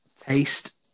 taste